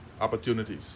opportunities